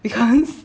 because